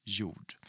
jord